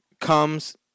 comes